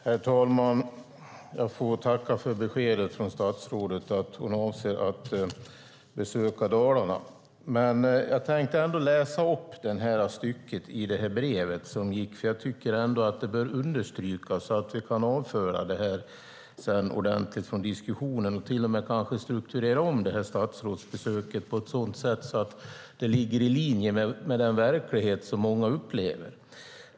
Herr talman! Jag får tacka statsrådet för beskedet att hon avser att besöka Dalarna. Men jag tänker ändå läsa upp ett stycke ur brevet jag talade om, för jag tycker att det bör understrykas så att vi sedan kan avföra det här ordentligt från diskussionen och kanske till och med strukturera om statsrådsbesöket på ett sådant sätt att det ligger i linje med den verklighet som många upplever.